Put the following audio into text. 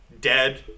dead